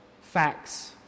facts